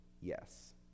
yes